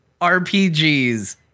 rpgs